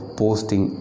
posting